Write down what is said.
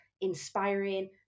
inspiring